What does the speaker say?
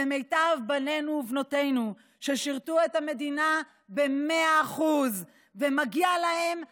למיטב בנינו ובנותינו ששירתו את המדינה במאה אחוז ומגיע להם 100%,